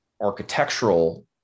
architectural